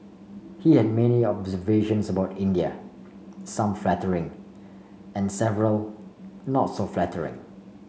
he had many observations about India some flattering and several not so flattering